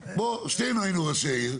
בוא, שנינו היינו ראשי עיר.